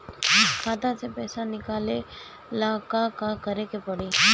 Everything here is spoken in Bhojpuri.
खाता से पैसा निकाले ला का का करे के पड़ी?